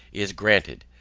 is granted.